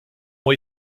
ont